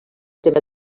tema